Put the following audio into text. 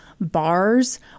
bars